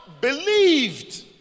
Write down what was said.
believed